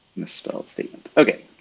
misspelled statement.